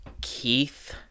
Keith